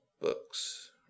Books